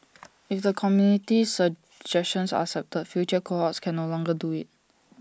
if the committee's suggestions are accepted future cohorts can no longer do IT